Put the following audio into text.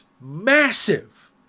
massive